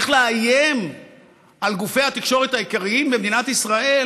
איך לאיים על גופי התקשורת העיקריים במדינת ישראל,